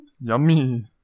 Yummy